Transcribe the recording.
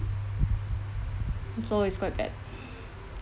so it's quite bad